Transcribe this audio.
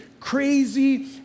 Crazy